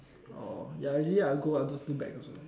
oh ya usually I'll go I'll do also